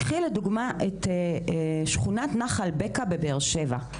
קחי לדוגמה את שכונת נחל בקע בבאר שבע,